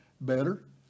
better